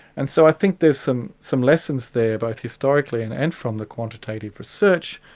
and so i think there's some some lessons there, both historically and and from the quantitative research,